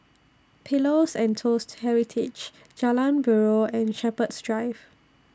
Pillows and Toast Heritage Jalan Buroh and Shepherds Drive